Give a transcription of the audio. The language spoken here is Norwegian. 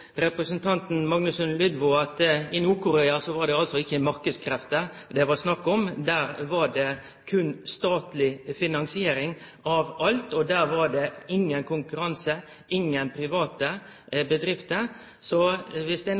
representanten Magnusson Lydvo at i Nord-Korea var det ikkje snakk om marknadskrefter. Der var det berre statleg finansiering av alt, og der var det ingen konkurranse og ingen private bedrifter. Om det er